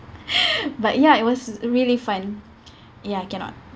but ya it was really fun ya cannot